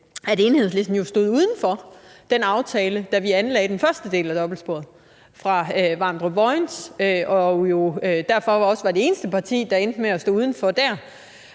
at Enhedslisten jo stod uden for aftalen, da vi anlagde den første del af dobbeltsporet, fra Vamdrup til Vojens, og derfor også var det eneste parti, der endte med at stå udenfor.